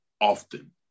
often